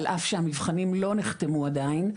על אף שהמבחנים לא נחתמו עדיין,